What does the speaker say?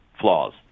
flaws